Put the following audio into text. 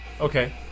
Okay